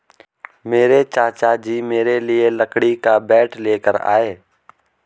मेरे चाचा जी मेरे लिए लकड़ी का बैट लेकर आए